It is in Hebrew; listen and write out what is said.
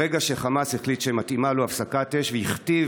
ברגע שחמאס החליט שמתאימה לו הפסקת אש והכתיב